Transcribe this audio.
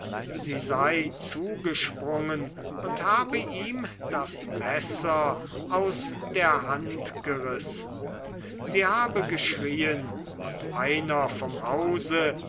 sie sei zugesprungen und habe ihm das messer aus der hand gerissen sie habe geschrieen und einer vom hause